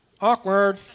awkward